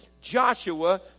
Joshua